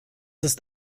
ist